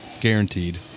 guaranteed